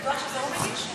בטוח שזה הוא מגיש?